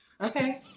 okay